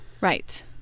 Right